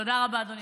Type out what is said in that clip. תודה רבה, אדוני.